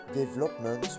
development